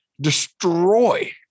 destroy